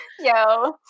yo